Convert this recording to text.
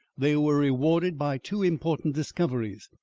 they were rewarded by two important discoveries.